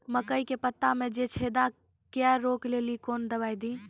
मकई के पता मे जे छेदा क्या रोक ले ली कौन दवाई दी?